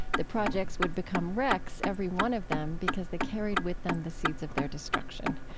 the projects would become wrecks, every one of them, because they carried with them the seeds of their destruction.